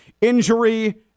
Injury